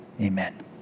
amen